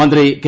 മന്ത്രി കെ